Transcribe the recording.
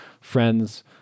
friends